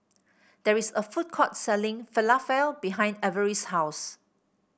there is a food court selling Falafel behind Ivory's house